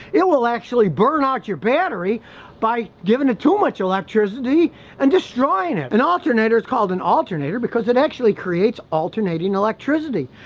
it will actually burn out your battery by giving it too much electricity and destroying it, an alternator is called an alternator because it actually creates alternating electricity,